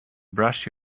brush